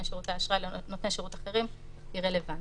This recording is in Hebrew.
שירותי אשראי לנותני שירות אחרים היא רלוונטית.